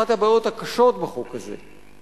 אחת הבעיות הקשות בחוק הזה,